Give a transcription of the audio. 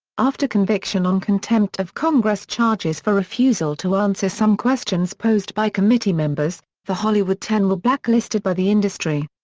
after conviction on contempt of congress charges for refusal to answer some questions posed by committee members, the hollywood ten were blacklisted by the industry.